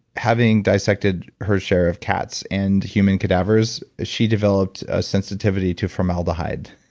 having dissected her share of cats and human cadavers, she developed a sensitivity to formaldehyde,